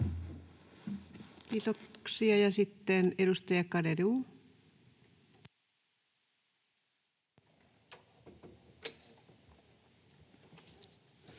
Kiitoksia. — Sitten edustaja